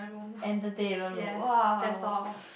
entertainment room !woah!